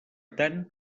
tant